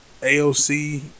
AOC